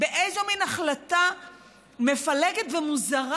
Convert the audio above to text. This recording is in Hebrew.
איזה מין החלטה מפלגת ומוזרה.